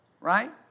Right